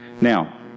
Now